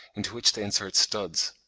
into which they insert studs.